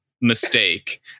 Mistake